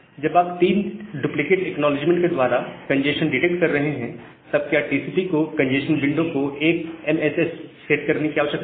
जब आप 3 duplicate acknowledgement के द्वारा कंजेस्शन डिटेक्ट कर रहे हैं तब क्या टीसीपी को कंजेस्शन विंडो को 1 MSS सेट करने की आवश्यकता है